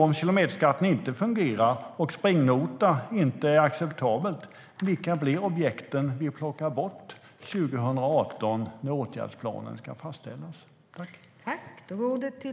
Om kilometerskatten inte fungerar och springnota inte är acceptabelt, vilka blir objekten som plockas bort när åtgärdsplanen ska fastställas 2018?